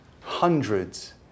hundreds